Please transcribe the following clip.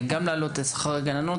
גם להעלות את שכר הגננות,